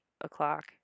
o'clock